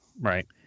Right